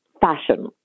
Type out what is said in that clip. fashion